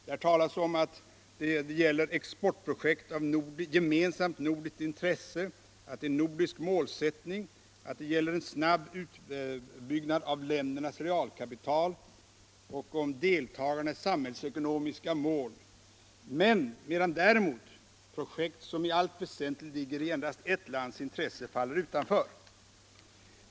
Där talas om att det gäller exportprojekt av gemensamt nordiskt intresse, att det är en nordisk målsättning, att det gäller en snabb utbyggnad av ländernas realkapital och deltagarländernas samhälillsekonomiska mål, medan däremot projekt som i allt väsentligt ligger i endast ett lands intresse faller utanför.